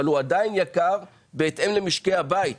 אבל הוא עדיין יקר בהתאם למשקי הבית.